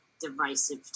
divisive